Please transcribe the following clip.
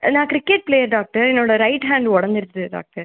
நான் cricket player doctor என்னோடய right hand உடஞ்சிருச்சு டாக்டர்